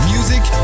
Music